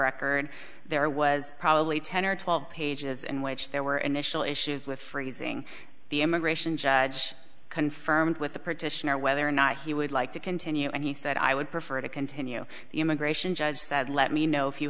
record there was probably ten or twelve pages in which there were initial issues with phrasing the immigration judge confirmed with the petitioner whether or not he would like to continue and he said i would prefer to continue the immigration judge said let me know if you